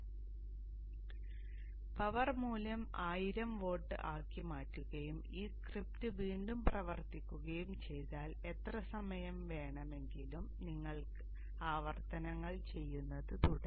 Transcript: അതിനാൽ പവർ മൂല്യം 1000 വാട്ട് ആക്കി മാറ്റുകയും ഈ സ്ക്രിപ്റ്റ് വീണ്ടും പ്രവർത്തിപ്പിക്കുകയും ചെയ്താൽ എത്ര സമയം വേണമെങ്കിലും നിങ്ങൾക്ക് ആവർത്തനങ്ങൾ ചെയ്യുന്നത് തുടരാം